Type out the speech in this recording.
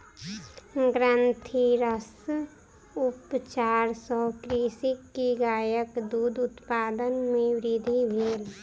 ग्रंथिरस उपचार सॅ कृषक के गायक दूध उत्पादन मे वृद्धि भेल